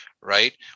right